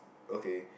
okay